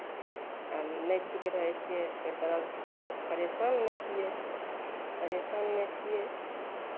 नहि ठीक रहै छियै एहि दरदसँ परेशानमे छियै परेशानमे छियै